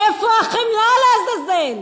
איפה החמלה, לעזאזל?